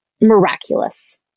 miraculous